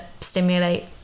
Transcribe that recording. stimulate